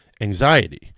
anxiety